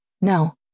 No